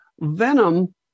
Venom